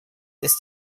ist